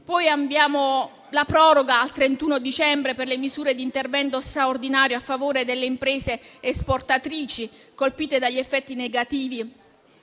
Abbiamo poi la proroga al 31 dicembre per le misure di intervento straordinario a favore delle imprese esportatrici colpite dagli effetti negativi